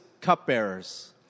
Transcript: cupbearers